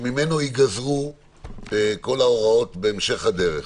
שממנו ייגזרו כל ההוראות בהמשך הדרך.